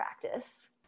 practice